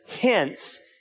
Hence